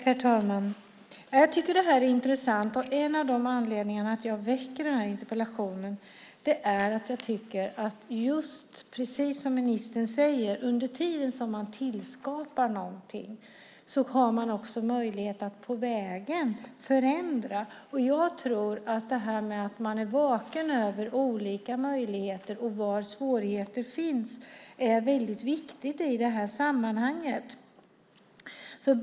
Herr talman! Jag tycker att det här är intressant. En av anledningarna till att jag har väckt den här interpellationen är att jag tycker att man, precis som ministern säger, under tiden som man tillskapar någonting har möjlighet att förändra på vägen. Jag tror att det är väldigt viktigt i det här sammanhanget att man är vaken i fråga om olika möjligheter och var svårigheter finns.